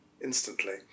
instantly